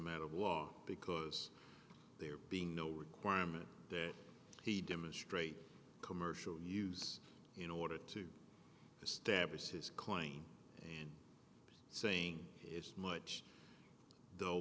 matter of law because there being no requirement that he demonstrate commercial use in order to establish his claim and saying it's much the